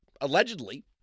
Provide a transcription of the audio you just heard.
allegedly